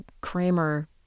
Kramer